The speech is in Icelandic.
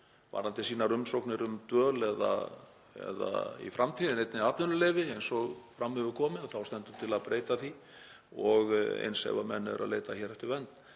varðandi sínar umsóknir um dvöl eða í framtíðinni einnig atvinnuleyfi. Eins og fram hefur komið stendur til að breyta því. Og eins ef menn eru að leita eftir vernd